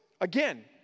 again